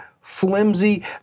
flimsy